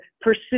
pursue